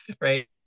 right